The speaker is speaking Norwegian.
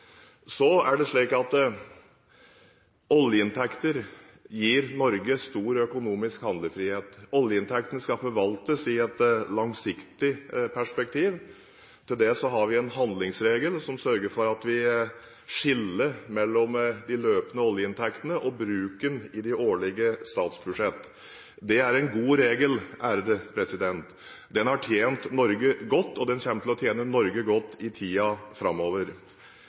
Så er det slik at oljeinntekter gir Norge stor økonomisk handlefrihet. Oljeinntektene skal forvaltes i et langsiktig perspektiv. Til det har vi en handlingsregel som sørger for at vi skiller mellom de løpende oljeinntektene og bruken i de årlige statsbudsjett. Det er en god regel. Den har tjent Norge godt, og den kommer til å tjene Norge godt i tiden framover.